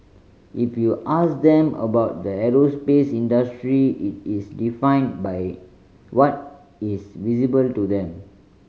if you ask them about the aerospace industry it is defined by what is visible to them